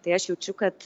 tai aš jaučiu kad